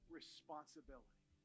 responsibility